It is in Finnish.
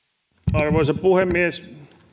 arvoisa puhemies